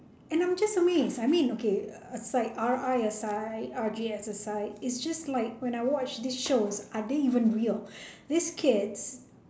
and I'm just amazed I mean okay aside R_I aside R_J aside is just like when I watch this shows are they even real these kids